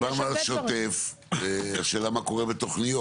דיברנו על שוטף, השאלה מה קורה בתוכניות?